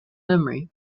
memory